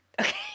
Okay